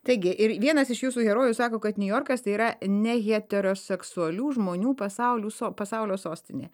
taigi ir vienas iš jūsų herojų sako kad niujorkas tai yra ne heteroseksualių žmonių pasaulių pasaulio sostinė